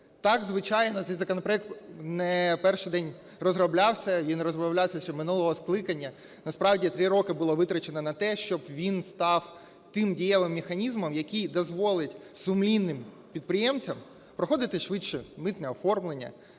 Так, звичайно, цей законопроект не перший день розроблявся, він розроблявся ще минулого скликання. Насправді, 3 роки було витрачено на те, щоб він став тим дієвим механізмом, який дозволить сумлінним підприємцям проходити швидше митне оформлення,